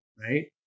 right